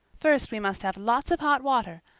first we must have lots of hot water.